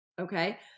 Okay